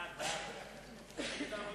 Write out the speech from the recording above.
הצעת הסיכום שהביא